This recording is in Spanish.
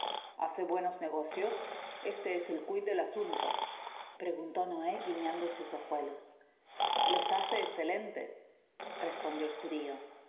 hace buenos negocios este es el quid del asunto preguntó noé guiñando sus ojuelos los hace escelentes respondió el judio